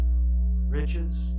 Riches